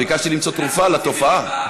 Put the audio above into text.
ביקשתי למצוא תרופה לתופעה.